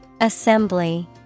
Assembly